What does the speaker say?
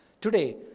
Today